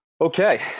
Okay